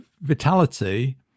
vitality